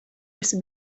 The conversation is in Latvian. esi